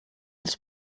als